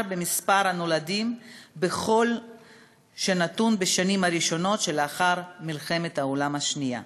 במספר הנולדים בכל שנתון בשנים הראשונות שלאחר מלחמת העולם השנייה.